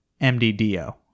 MDDO